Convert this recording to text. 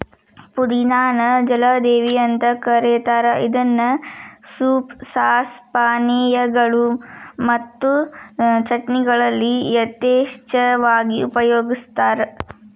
ಪುದಿನಾ ನ ಜಲದೇವಿ ಅಂತ ಕರೇತಾರ ಇದನ್ನ ಸೂಪ್, ಸಾಸ್, ಪಾನೇಯಗಳು ಮತ್ತು ಚಟ್ನಿಗಳಲ್ಲಿ ಯಥೇಚ್ಛವಾಗಿ ಉಪಯೋಗಸ್ತಾರ